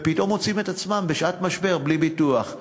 ופתאום מוצאים את עצמם בשעת משבר בלי ביטוח.